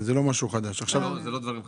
אלה לא דברים חדשים.